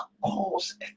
cause